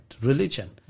Religion